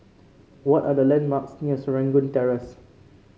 what are the landmarks near Serangoon Terrace